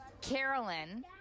Carolyn